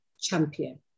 champion